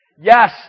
Yes